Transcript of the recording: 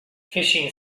phishing